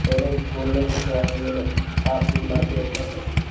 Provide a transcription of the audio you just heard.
मेरे बोलने से तो आएँगे नहीं आप ही बुला कर कह सकती हैं